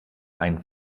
ein